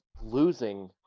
losing